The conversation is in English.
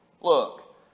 Look